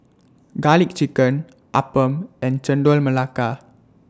Garlic Chicken Appam and Chendol Melaka